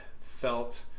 felt